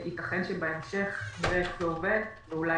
ייתכן שבהמשך נראה איך זה עובד ואולי